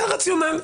זה הרציונל.